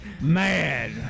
Mad